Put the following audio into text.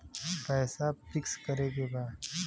पैसा पिक्स करके बा?